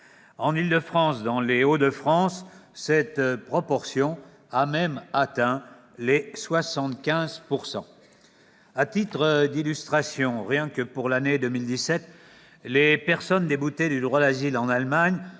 En Île-de-France, dans les Hauts-de-France, cette proportion a même atteint les 75 %. À titre d'illustration, pour la seule année 2017, le nombre de personnes déboutées du droit d'asile en Allemagne